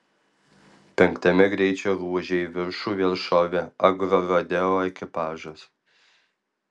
penktame greičio ruože į viršų vėl šovė agrorodeo ekipažas